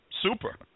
Super